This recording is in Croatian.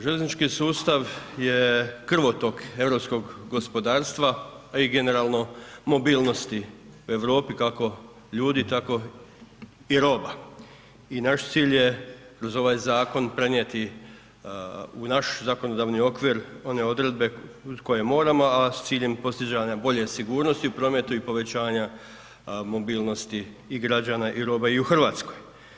Željeznički sustav je krvotok europskog gospodarstva, a i generalno mobilnosti u Europi, kako ljudi, tako i roba i naš cilj je kroz ovaj zakon prenijeti u naš zakonodavni okvir one odredbe koje moramo, a s ciljem postizanja bolje sigurnosti u prometu i povećanja mobilnosti i građana i roba i u Hrvatskoj.